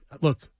Look